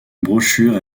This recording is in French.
brochure